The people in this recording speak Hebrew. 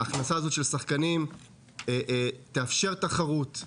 ההכנסה הזו של שחקנים תאפשר תחרות,